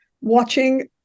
watching